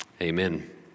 amen